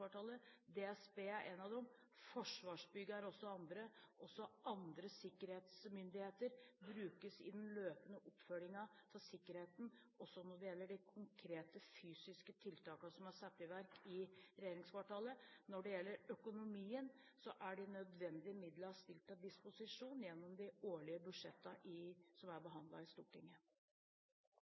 DSB er en av dem, Forsvarsbygg er en annen, og også andre sikkerhetsmyndigheter brukes i den løpende oppfølgingen av sikkerheten når det gjelder de konkrete, fysiske tiltakene som er satt i verk i regjeringskvartalet. Når det gjelder økonomien, er de nødvendige midlene stilt til disposisjon gjennom de årlige budsjettene som er behandlet i Stortinget.